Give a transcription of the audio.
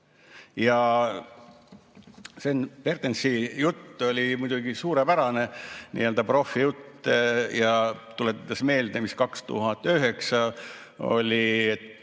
Sven Pertensi jutt oli muidugi suurepärane, nii-öelda profi jutt. Ta tuletas meelde, et 2009 oli